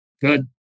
good